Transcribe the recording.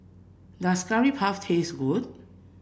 does Curry Puff taste good